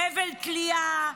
חבל תלייה,